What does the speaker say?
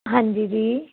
ਹਾਂਜੀ ਜੀ